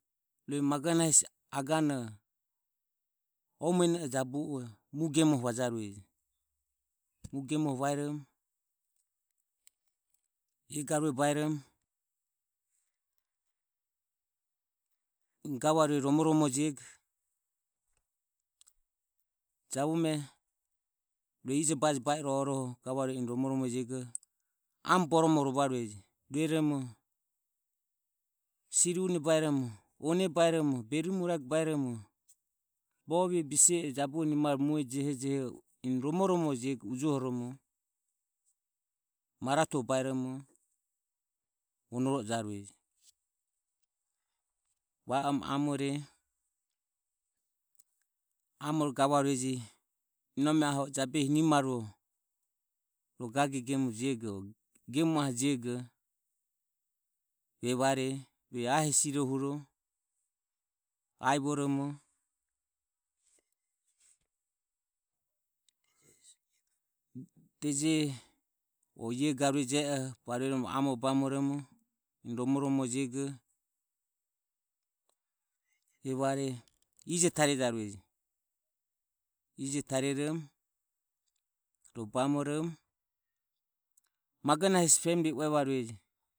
Rue magona rehesirire aganoho o gagovarueje mueno e hu o mue gemoho vajarueje mue gemoho vaeromo ie garue bairomo gavarue romoromorejego jabume rue ijobaje ba i rohe oroho gavarueje eni romoromejego amo boromore rovarueje rueromo siri une baeromo one baeromo beri muraege baeromo bovie bise e baeromo jabuhu nimarue jehe jehe baeromo eni romoromorojego ujohoromo maratue baeromo vonoro o jaureje. Va oromo amore gavarueje inome aho o jabehi nimaruoho ro gage gemuoro jego evare rue ae hesirohuro aevoromo deje o ie garue je oho eho barue romo a e amoro bamoromo eni romoromorejego evare ije tariojarueje. Tarioromo ro bamoromo magona hesi femli uevarueje.